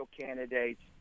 candidates